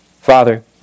Father